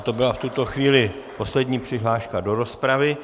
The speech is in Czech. To byla v tuto chvíli poslední přihláška do rozpravy.